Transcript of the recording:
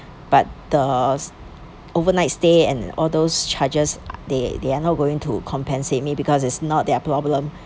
but the overnight stay and all those charges they they were not going to compensate me because it's not their problem